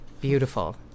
Beautiful